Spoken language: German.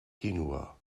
genua